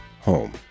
home